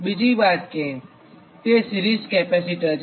બીજી વાત કે તે સિરીઝ કેપેસિટર છે